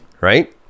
Right